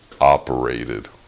operated